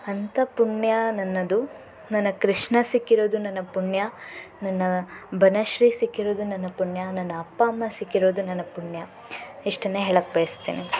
ಅಂಥ ಪುಣ್ಯ ನನ್ನದು ನನ್ನ ಕೃಷ್ಣ ಸಿಕ್ಕಿರೋದು ನನ್ನ ಪುಣ್ಯ ನನ್ನ ಬನಶ್ರೀ ಸಿಕ್ಕಿರೋದು ನನ್ನ ಪುಣ್ಯ ನನ್ನ ಅಪ್ಪ ಅಮ್ಮ ಸಿಕ್ಕಿರೋದು ನನ್ನ ಪುಣ್ಯ ಇಷ್ಟನ್ನು ಹೇಳೋಕ್ಕೆ ಬಯಸ್ತೀನಿ